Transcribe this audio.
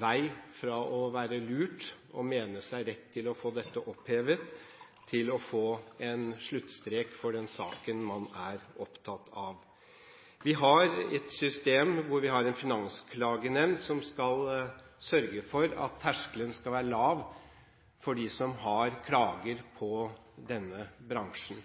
vei å gå fra å være lurt og mene å ha rett til å få dette opphevet, til å få satt en sluttstrek for den saken man er opptatt av. Vi har et system hvor vi har en finansklagenemnd som skal sørge for at terskelen skal være lav for dem som har klager på denne bransjen.